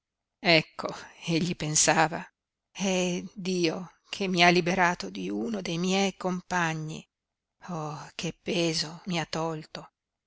macchie ecco egli pensava è dio che mi ha liberato di uno de miei compagni oh che peso mi ha tolto